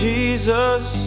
Jesus